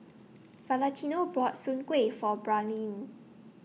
Valentino bought Soon Kway For Braelyn